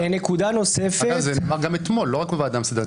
אגב, זה נאמר גם אתמול, לא רק בוועדה המסדרת.